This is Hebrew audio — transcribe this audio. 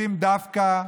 והוא לא אוהב שעושים דווקא,